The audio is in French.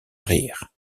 rire